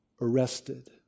arrested